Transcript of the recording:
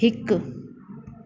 हिकु